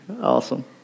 Awesome